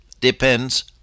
depends